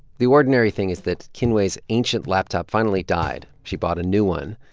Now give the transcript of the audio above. the ordinary thing is that kinue's ancient laptop finally died. she bought a new one.